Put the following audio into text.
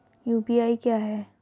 UPI क्या है?